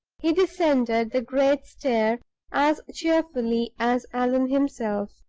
he descended the great staircase as cheerfully as allan himself.